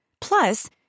Plus